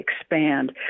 expand